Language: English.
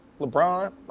LeBron